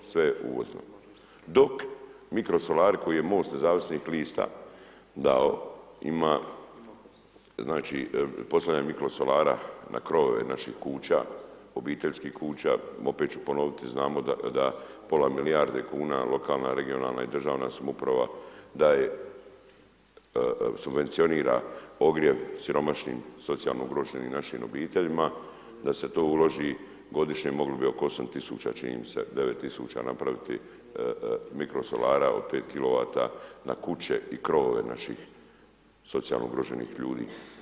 Sve je uvozno dok mikrosolari koje je MOST nezavisnih lista dao, znači postavljanje mikrosolara na krovove naših kuća, obiteljskih kuća, opet ću ponoviti, znamo da pola milijarde kuna lokalna, regionalna i državna samouprava daje, subvencionira ogrjev siromašnim, socijalno ugroženim naših obiteljima, da se to uloži godišnje, mogli bi oko 8000 čini mi se, 9000 napraviti mikrosolara od 5 kW na kuće i krovove naših socijalno ugroženih ljudi.